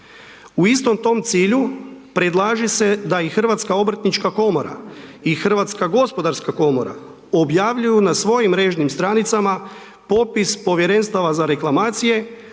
U istom tom cilju, predlaže se da i Hrvatska obrtnička komora i Hrvatska gospodarska komora, objavljuju na svojim mrežnim stranicama, potpis povjerenstava za reklamacije,